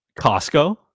Costco